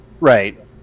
Right